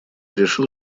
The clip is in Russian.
решил